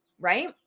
Right